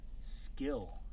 skill